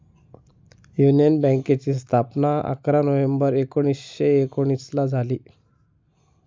union बँकेची स्थापना अकरा नोव्हेंबर एकोणीसशे एकोनिसला झाली